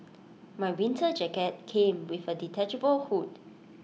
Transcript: my winter jacket came with A detachable hood